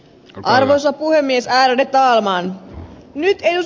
arvoisa puhemies ärade talman